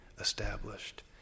established